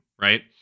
right